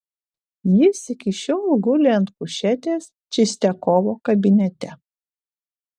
jis iki šiol guli ant kušetės čistiakovo kabinete